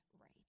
right